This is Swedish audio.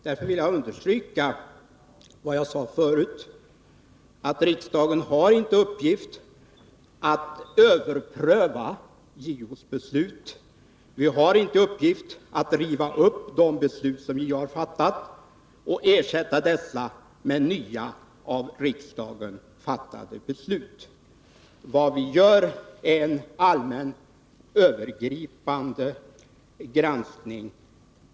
Därför vill jag upprepa vad jag sade förut. Riksdagen har inte till uppgift att överpröva JO:s beslut. Vi har inte till uppgift att riva upp de beslut som JO har fattat och ersätta dem med nya, av riksdagen fattade beslut. Vad vi gör är en allmän, övergripande granskning.